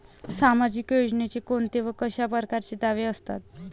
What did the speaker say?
सामाजिक योजनेचे कोंते व कशा परकारचे दावे असतात?